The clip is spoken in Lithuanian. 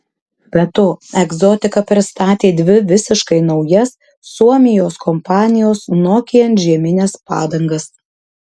be to egzotika pristatė dvi visiškai naujas suomijos kompanijos nokian žiemines padangas